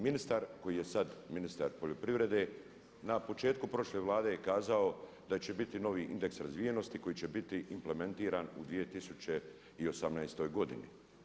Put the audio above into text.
Ministar koji je sad ministar poljoprivrede na početku prošle Vlade je kazao da će biti novi indeks razvijenosti koji će biti implementiran u 2018. godini.